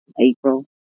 April